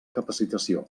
capacitació